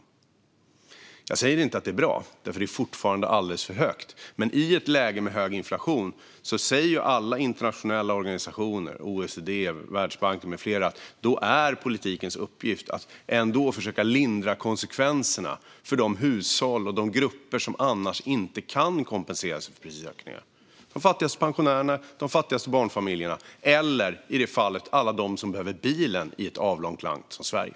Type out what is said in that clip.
Jag säger inte att detta är bra, för det är fortfarande alldeles för högt. Men i ett läge med hög inflation säger ju alla internationella organisationer - OECD, Världsbanken med flera - att politikens uppgift är att ändå försöka lindra konsekvenserna för de hushåll och de grupper som annars inte kan kompenseras för prisökningar. Det handlar om de fattigaste pensionärerna och de fattigaste barnfamiljerna eller, i det här fallet, om alla dem som behöver bilen i ett avlångt land som Sverige.